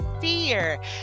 fear